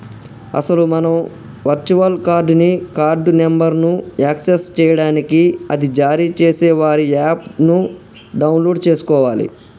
అసలు మనం virtual card ని కార్డు నెంబర్ను యాక్సెస్ చేయడానికి అది జారీ చేసే వారి యాప్ ను డౌన్లోడ్ చేసుకోవాలి